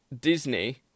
Disney